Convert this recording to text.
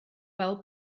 fel